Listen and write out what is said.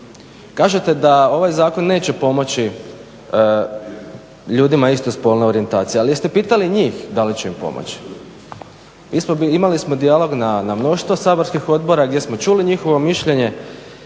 Kažete da ovaj zakon neće pomoći ljudima istospolne orijentacije ali jeste pitali njih da li će im pomoći. Mi smo, imali smo dijalog na mnoštvo saborskih odbora gdje smo čuli njihovo mišljenje